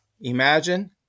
Imagine